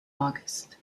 august